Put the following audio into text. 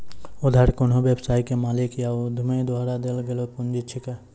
उधार कोन्हो व्यवसाय के मालिक या उद्यमी द्वारा देल गेलो पुंजी छिकै